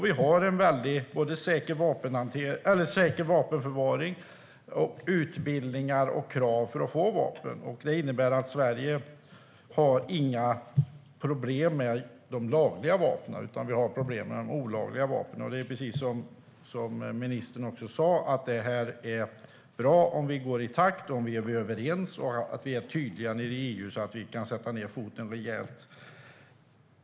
Vi har säker vapenförvaring, utbildningar och krav för att få ha vapen. Det innebär att Sverige inte har några problem med de lagliga vapnen, utan vi har problem med de olagliga vapnen. Det är som ministern sa bra om vi går i takt och är överens och att vi är tydliga i EU så att vi kan sätta ned foten rejält.